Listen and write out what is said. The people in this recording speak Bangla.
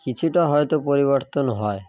কিছুটা হয়তো পরিবর্তন হয়